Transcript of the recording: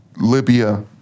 Libya